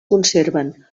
conserven